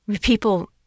People